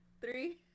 three